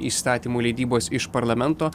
įstatymų leidybos iš parlamento